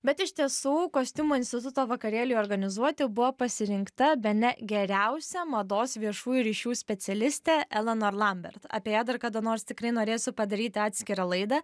bet iš tiesų kostiumų instituto vakarėliui organizuoti buvo pasirinkta bene geriausia mados viešųjų ryšių specialistė elanor lambert apie ją dar kada nors tikrai norėsiu padaryti atskirą laidą